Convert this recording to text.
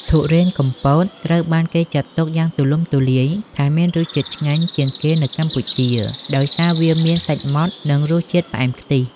ធុរេនកំពតត្រូវបានគេចាត់ទុកយ៉ាងទូលំទូលាយថាមានរសជាតិឆ្ងាញ់ជាងគេនៅកម្ពុជា ដោយសារវាមានសាច់ម៉ដ្ត និងរសជាតិផ្អែមខ្ទិះ។